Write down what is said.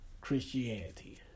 Christianity